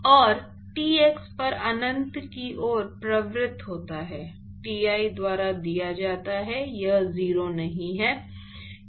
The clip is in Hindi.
और T x पर अनंत की ओर प्रवृत्त होता है Ti द्वारा दिया जाता है यह 0 नहीं है